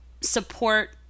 support